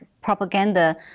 propaganda